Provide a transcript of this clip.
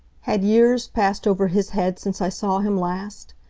had years passed over his head since i saw him last?